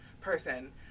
person